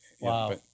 Wow